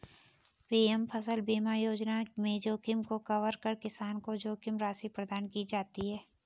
PM फसल बीमा योजना में जोखिम को कवर कर किसान को जोखिम राशि प्रदान की जाती है